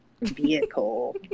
vehicle